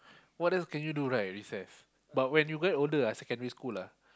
what else can you do right recess but when you get older ah secondary school ah